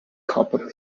copper